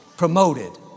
Promoted